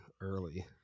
early